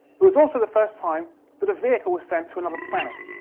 it was also the first time that a vehicle was sent to another planet.